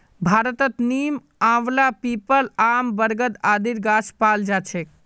भारतत नीम, आंवला, पीपल, आम, बरगद आदिर गाछ पाल जा छेक